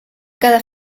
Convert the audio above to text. quedar